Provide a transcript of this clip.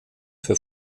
für